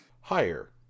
Higher